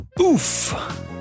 Oof